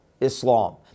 Islam